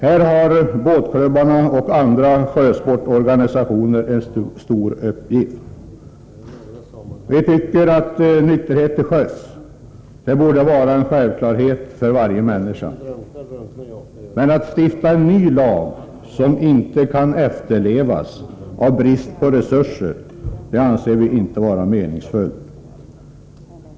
Här har båtklubbarna och andra sjösportorganisationer en stor uppgift. Nykterhet till sjöss borde vara en självklarhet för varje människa. Men att stifta en ny lag som inte kan efterlevas av brist på resurser anser vi inte vara meningsfullt.